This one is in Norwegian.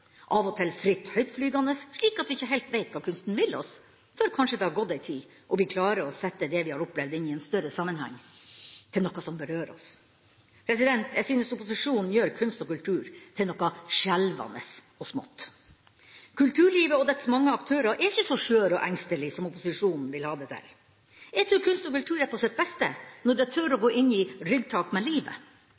av og til fritt høytflygende, slik at vi ikke helt vet hva kunsten vil oss – før kanskje det har gått en tid, og vi klarer å sette det vi har opplevd inn i en større sammenheng, til noe som berører oss. Jeg syns opposisjonen gjør kunst og kultur til noe skjelvende og smått. Kulturlivet og dets mange aktører er ikke så skjøre og engstelige som opposisjonen vil ha det til. Jeg tror kunst og kultur er på sitt beste når de tør å gå inn i ryggtak med livet.